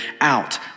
out